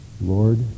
Lord